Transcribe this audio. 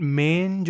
main